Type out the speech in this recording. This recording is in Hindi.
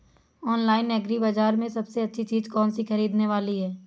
ऑनलाइन एग्री बाजार में सबसे अच्छी चीज कौन सी ख़रीदने वाली है?